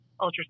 ultrasound